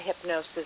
hypnosis